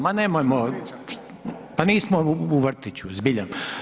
Ma nemojmo, pa nismo u vrtiću, zbilja.